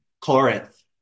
Corinth